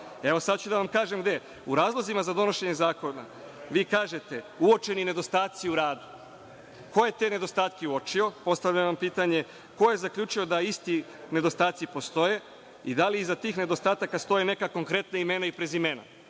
Evo, sad ću da vam kažem gde. U razlozima za donošenje zakona vi kažete – uočeni nedostaci u radu. Ko je te nedostatke uočio, postavljam vam pitanje? Ko je zaključio da isti nedostaci postoje? Da li iza tih nedostataka stoje neka konkretna imena i prezimena?